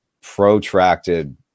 protracted